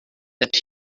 that